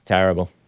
Terrible